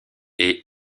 est